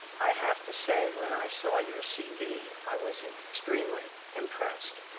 i have to say when i saw your cv i was extremely impressed.